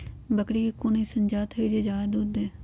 बकरी के कोन अइसन जात हई जे जादे दूध दे?